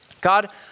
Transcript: God